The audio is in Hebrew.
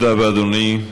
תודה רבה, אדוני.